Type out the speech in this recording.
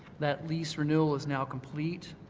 that lease renewal was now complete.